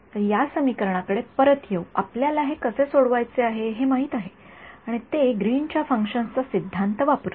तर या समीकरणाकडे परत येऊ आपल्याला हे कसे सोडवायचे हे माहित आहे आणि ते ग्रीन च्या फंक्शन्स चा सिद्धांत वापरून